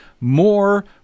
more